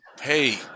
hey